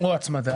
או הצמדה,